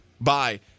Bye